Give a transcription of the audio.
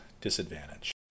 disadvantage